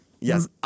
Yes